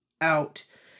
out